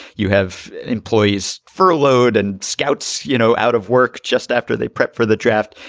you have employees furloughed and scouts, you know, out of work just after they prep for the draft.